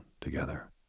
together